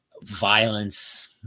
Violence